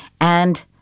And-